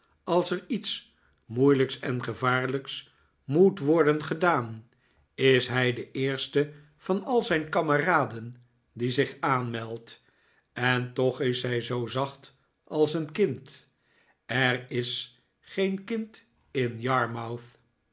als er iets moeilijks en gevaarlijks moet worden gedaan is hij de eerste van al zijn kameraden die zich aanmeldt en toch is hij zoo zacht als een kind er is geen kind in yarmouth